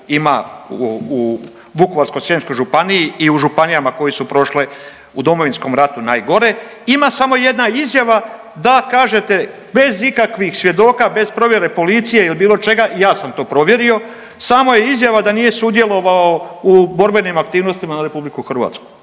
ima u Vukovarsko-srijemskoj županiji i u županijama koje su prošle u Domovinskom ratu najgore, ima samo jedna izjava da kažete, bez ikakvih svjedoka, bez provjere policije ili bilo čega, ja sam to provjerio, samo je izjava da nije sudjelovao u borbenim aktivnostima na RH, što